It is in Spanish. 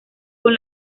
con